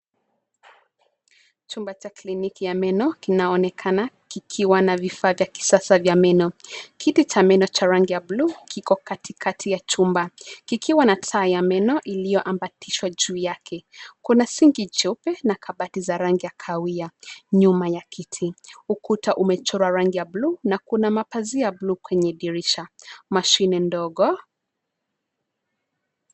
Chumba cha kliniki ya meno kinaonekana kikiwa na vifaa vya kisasa vya meno. Kiti cha meno cha rangi ya buluu kiko katikati ya chumba, kikiwa na taa ya meno iliyoambatishwa juu yake. Kuna sinki jeupe na kabati za rangi ya kahawia nyuma ya kiti. Ukuta umechorwa rangi ya buluu na kuna mapazia ya buluu kwenye dirisha, mashine ndogo.